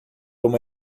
uma